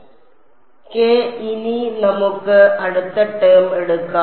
k ഇനി നമുക്ക് അടുത്ത ടേം എടുക്കാം